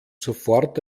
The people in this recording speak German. sofort